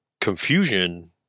confusion